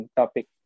topic